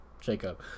Jacob